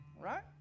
right